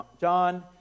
John